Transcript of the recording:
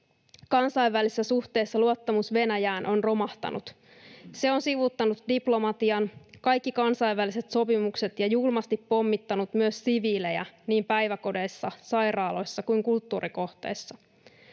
kansainvälisissä suhteissa luottamus Venäjään on romahtanut. Se on sivuuttanut diplomatian ja kaikki kansainväliset sopimukset ja julmasti pommittanut myös siviilejä niin päiväkodeissa, sairaaloissa kuin kulttuurikohteissa.